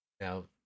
now